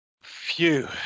phew